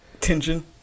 Tension